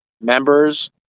members